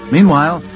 Meanwhile